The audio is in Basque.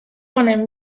honen